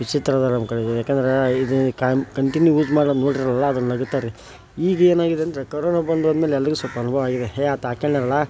ವಿಚಿತ್ರ ಅದರಿ ನಮ್ಮ ಕಡೆಗೆ ಏಕೆಂದ್ರೆ ಇದು ಕಂಟಿನ್ಯೂ ಯೂಸ್ ಮಾಡಿರೆ ನೋಡೀರಲ್ಲ ಅದು ನಗಾತ್ತಾರ್ರಿ ಈಗ ಏನಾಗಿದೆ ಅಂದರೆ ಕರೋನಾ ಬಂದು ಹೋದ ಮೇಲೆ ಎಲ್ಲರಿಗೂ ಸ್ವಲ್ಪ ಅನುಭವ ಆಗಿದೆ ಎ ಆತ ಹಾಕ್ಕೊಂದನಲ್ಲಾ